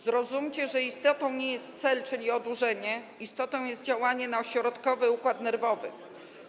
Zrozumcie, że istotą nie jest cel, czyli odurzenie, istotą jest działanie na ośrodkowy układ nerwowy.